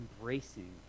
embracing